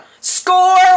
Score